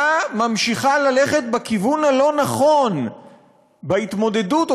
ממשיכה ללכת בכיוון הלא-נכון בהתמודדות שלה,